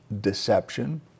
deception